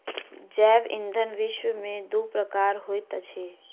जैव ईंधन विश्व में दू प्रकारक होइत अछि